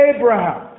Abraham